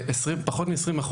פחות מ-20%.